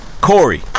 Corey